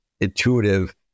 intuitive